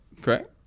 Correct